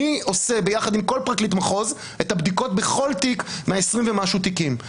אני עושה ביחד עם כל פרקליט מחוז את הבדיקות בכל תיק מה-20 ומשהו תיקים.